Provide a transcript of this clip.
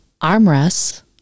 Armrests